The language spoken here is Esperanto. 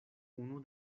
unu